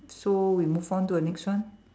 so we move on to the next one